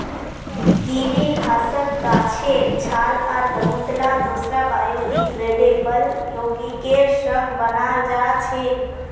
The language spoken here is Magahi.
गीली घासक गाछेर छाल आर बहुतला दूसरा बायोडिग्रेडेबल यौगिकेर संग बनाल जा छेक